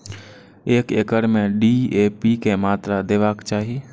एक एकड़ में डी.ए.पी के मात्रा देबाक चाही?